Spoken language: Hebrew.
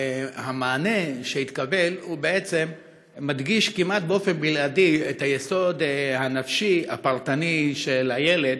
שהמענה שהתקבל מדגיש כמעט באופן בלעדי את היסוד הנפשי הפרטני של הילד,